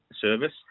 service